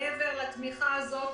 מעבר לתמיכה הזאת,